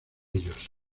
ellos